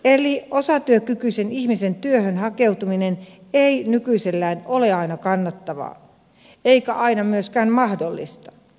eli osatyökykyisen ihmisen työhön hakeutuminen ei nykyisellään ole aina kannattavaa eikä aina myöskään mahdollista